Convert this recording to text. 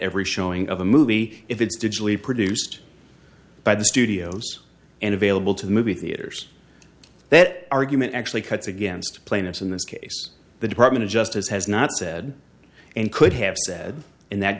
every showing of the movie if it's digitally produced by the studios and available to movie theaters that argument actually cuts against plaintiffs in this case the department of justice has not said and could have said in that